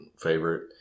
favorite